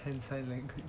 sign language